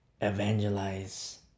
evangelize